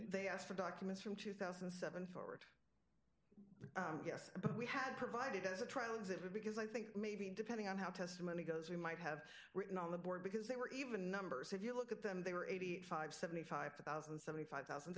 they ask for documents from two thousand and seven forward yes but we had provided as a transit would because i think maybe depending on how testimony goes we might have written on the board because they were even numbers if you look at them they were eighty five seventy five thousand and seventy five thousand